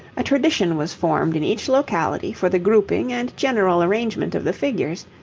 a tradition was formed in each locality for the grouping and general arrangement of the figures,